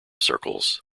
circles